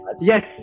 Yes